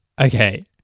Okay